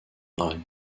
bragg